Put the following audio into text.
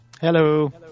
Hello